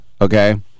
okay